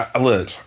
Look